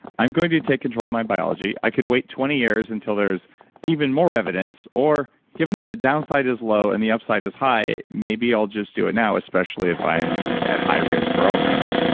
i'm going to take control of my biology. i could wait twenty years until there's even more evidence, or given that the downside is low and the upside is high, maybe i'll just do it now, especially if i am at high risk for alzheimer's.